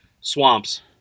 swamps